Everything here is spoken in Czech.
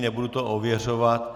Nebudu to ověřovat.